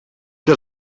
que